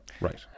Right